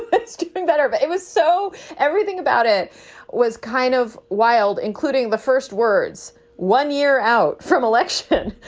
it's doing better but it was so everything about it was kind of wild, including the first words one year out from election,